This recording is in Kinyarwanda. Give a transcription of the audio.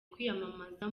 kwiyamamaza